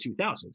2000s